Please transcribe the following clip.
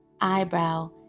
Eyebrow